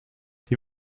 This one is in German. die